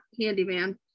handyman